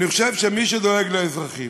אני חושב שמי שדואג לאזרחים,